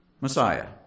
Messiah